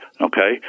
Okay